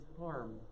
harm